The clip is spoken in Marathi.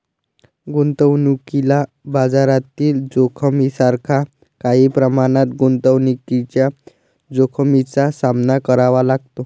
गुंतवणुकीला बाजारातील जोखमीसारख्या काही प्रमाणात गुंतवणुकीच्या जोखमीचा सामना करावा लागतो